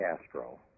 Castro